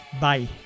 Bye